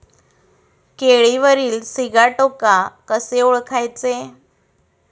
केळीवरील सिगाटोका कसे ओळखायचे?